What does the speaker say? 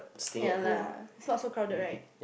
ya lah it's not so crowded right